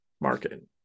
market